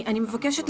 ברק ברשותכם,